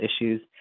issues